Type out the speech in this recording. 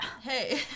Hey